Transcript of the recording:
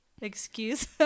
excuse